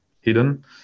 hidden